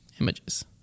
Images